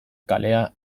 kalea